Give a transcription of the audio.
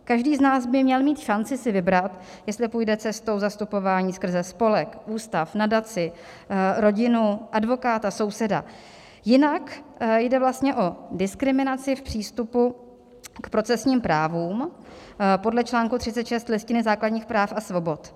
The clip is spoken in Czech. Každý z nás by měl mít šanci si vybrat, jestli půjde cestou zastupování skrze spolek, ústav, nadaci, rodinu, advokáta, souseda, jinak jde vlastně o diskriminaci v přístupu k procesním právům podle článku 36 Listiny základních práv a svobod.